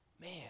Man